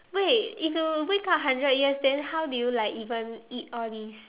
wait if you wake up hundred years then how do you like even eat all these